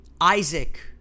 Isaac